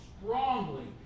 strongly